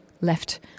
left